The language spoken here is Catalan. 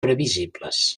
previsibles